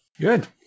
Good